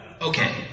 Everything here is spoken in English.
Okay